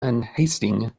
unhasting